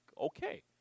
okay